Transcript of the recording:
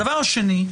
דבר שני,